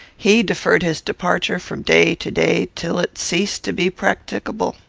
he deferred his departure from day to day, till it ceased to be practicable.